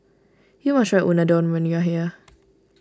you must try Unadon when you are here